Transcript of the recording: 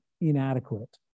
inadequate